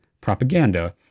propaganda